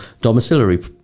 domiciliary